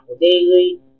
Daily